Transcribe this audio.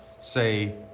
say